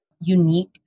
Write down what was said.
unique